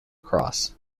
cross